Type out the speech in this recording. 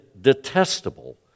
detestable